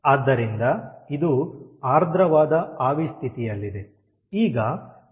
ಆದ್ದರಿಂದ ಇದು ಆರ್ದ್ರವಾದ ಆವಿ ಸ್ಥಿತಿಯಲ್ಲಿದೆ